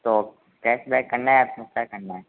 तो cash back करना है करना है